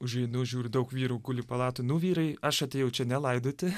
užeinu žiūriu daug vyrų guli palatoj vyrai aš atėjau čia ne laidoti